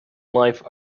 life